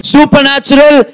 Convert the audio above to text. Supernatural